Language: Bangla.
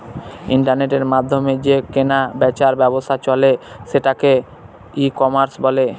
ইন্টারনেটের মাধ্যমে যে কেনা বেচার ব্যবসা চলে সেটাকে ই কমার্স বলে